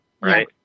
right